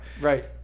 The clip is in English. Right